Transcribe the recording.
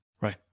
Right